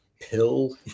pill